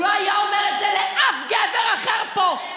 הוא לא היה אומר את זה לאף גבר אחר פה.